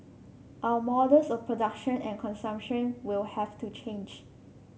our models of production and consumption will have to change